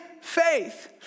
faith